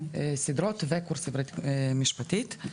שתי סדרות וקורסים לעברית משפטית.